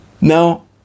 now